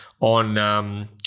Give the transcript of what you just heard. on